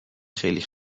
خیلی